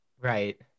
Right